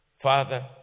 Father